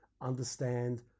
understand